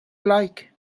like